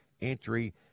entry